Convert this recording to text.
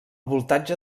voltatge